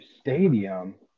stadium